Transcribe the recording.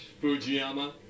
Fujiyama